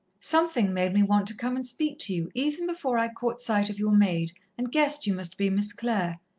something made me want to come and speak to you, even before i caught sight of your maid, and guessed you must be miss clare.